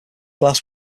glass